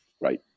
Right